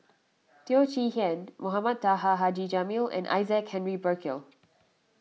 Teo Chee Hean Mohamed Taha Haji Jamil and Isaac Henry Burkill